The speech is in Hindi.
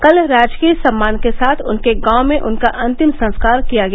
कल राजकीय सम्मान के साथ उनके गाँव में उनका अंतिम संस्कार किया गया